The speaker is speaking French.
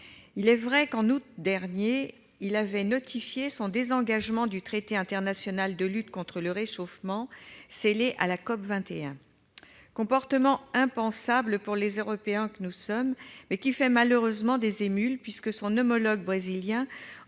Il est vrai qu'en août dernier, il avait notifié son désengagement du traité international de lutte contre le réchauffement, scellé à la COP21. Comportement impensable pour les Européens que nous sommes, mais qui fait, malheureusement, des émules, puisque son homologue brésilien